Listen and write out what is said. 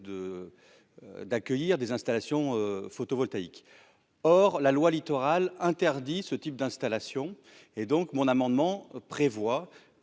d'accueillir des installations photovoltaïques hors la loi littoral interdit ce type d'installation et donc mon amendement prévoit